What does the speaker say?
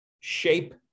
shape